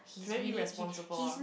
very irresponsible ah